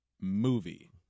movie